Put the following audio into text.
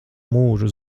mūžu